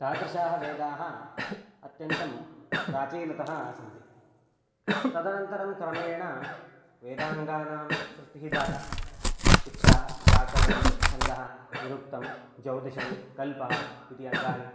तादृशाः वेदाः अत्यन्तं प्राचीनतः सन्ति तदनन्तरं क्रमेण वेदाङ्गानां सृष्टिः जाता शिक्षा व्याकरणं छन्दः निरुक्तं ज्यौतिषं कल्पः इति अङ्गानि